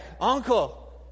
uncle